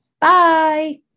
Bye